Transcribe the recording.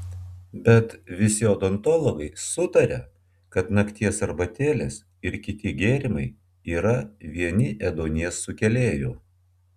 bet visi odontologai sutaria kad nakties arbatėlės ir kiti gėrimai yra vieni ėduonies sukėlėjų